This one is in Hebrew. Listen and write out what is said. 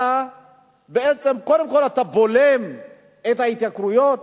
קודם כול אתה בולם את ההתייקרויות.